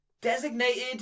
Designated